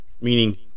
meaning